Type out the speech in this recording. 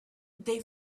they